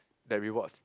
that rewards